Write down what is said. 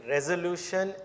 Resolution